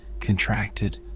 contracted